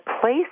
place